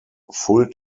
full